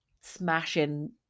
smashing